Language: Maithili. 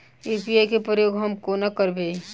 यु.पी.आई केँ प्रयोग हम कोना करबे?